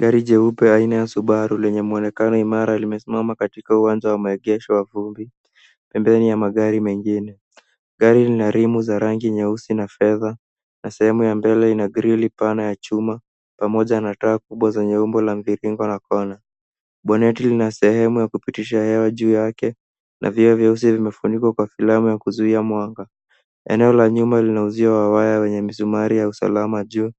Gari jeupe aina ya subaru lenye mwonekano imara limesimama katika uwanja wa maegesho wa vumbi, pembeni ya magari mengine. Gari lina rimu za rangi nyeusi na fedha na sehemu ya mbele ina grili pana ya chuma, pamoja na taa kubwa zenye umbo la mviringo na kona. Boneti lina sehemu ya kupitisha hewa juu yake na vioo vyeusi vimefunikwa kwa filamu ya kuzuia mwanga. Eneo la nyuma lina uzio wa waya wenye misumari ya usalama juu